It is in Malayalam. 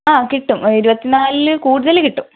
അതെ കിട്ടും ഇരുപത്തിനാലില് കൂടുതല് കിട്ടും